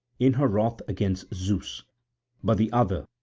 in her wrath against zeus but the other,